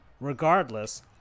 regardless